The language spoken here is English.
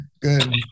Good